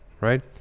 right